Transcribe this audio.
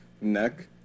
neck